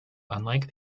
unlike